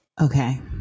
Okay